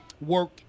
work